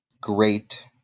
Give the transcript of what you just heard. Great